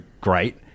great